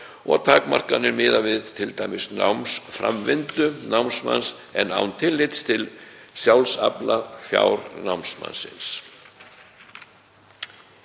og takmarkanir miðað við t.d. námsframvindu námsmanns en án tillits til sjálfsaflafjár námsmanns.“